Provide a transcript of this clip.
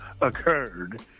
occurred